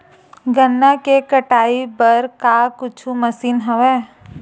गन्ना के कटाई बर का कुछु मशीन हवय?